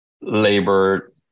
labor